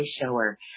shower